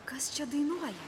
kas čia dainuoja